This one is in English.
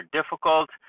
difficult